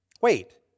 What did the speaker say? Wait